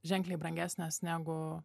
ženkliai brangesnės negu